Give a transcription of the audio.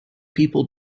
people